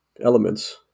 elements